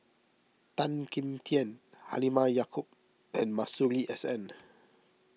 Tan Kim Tian Halimah Yacob and Masuri S N